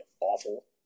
awful